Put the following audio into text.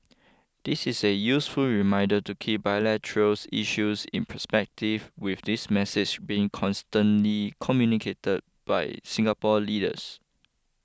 this is a useful reminder to keep bilateral issues in perspective with this message being consistently communicated by Singapore leaders